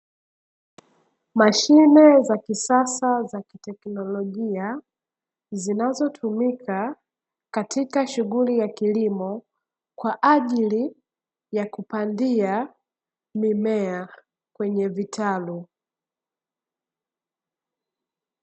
Mashine za kisasa za kitekinolojia zinazotumika katika shughuli ya kilimo, kwa ajili ya kupandia mimea kwenye vitalu.